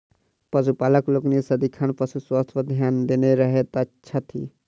पशुपालक लोकनि सदिखन पशु स्वास्थ्य पर ध्यान देने रहैत छथि